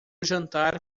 jantar